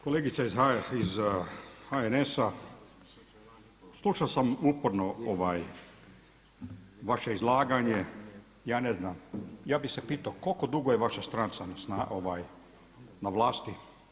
Kolegica iz HNS-a slušao sam uporno vaše izlaganje, ja ne znam, ja bih se pitao koliko dugo je vaša stranka na vlasti?